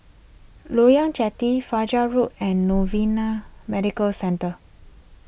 Loyang Jetty Fajar Road and Novena Medical Centre